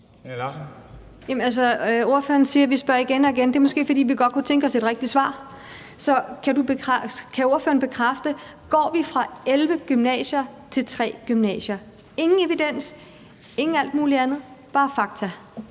Jamen altså, ordføreren siger, vi spørger igen og igen, og det er måske, fordi vi godt kunne tænke os et rigtigt svar. Så kan ordføreren bekræfte, at vi går fra 11 gymnasier til 3 gymnasier? Jeg efterspørger ingen evidens eller alt muligt andet – bare fakta.